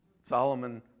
Solomon